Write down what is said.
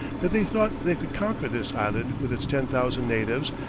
that they thought they could conquer this island with its ten thousand natives,